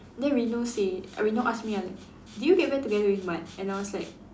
then Reno say Reno asked me ah did you get back together with Mad and I was like